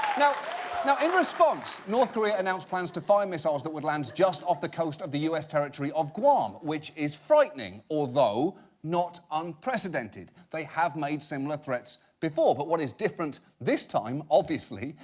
now now, in response, north korea announced plans fire missiles that would land just off the coast of the u s. territory of guam, which is frightening, although not unprecedented. they have made similar threats before. but what is different this time, obviously,